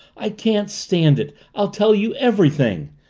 i can't stand it! i'll tell you everything!